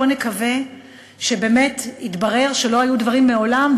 בואו נקווה שבאמת יתברר שלא היו דברים מעולם,